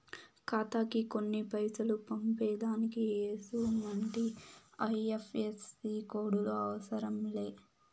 ఖాతాకి కొన్ని పైసలు పంపేదానికి ఎసుమంటి ఐ.ఎఫ్.ఎస్.సి కోడులు అవసరం లే